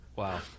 Wow